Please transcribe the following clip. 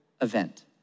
event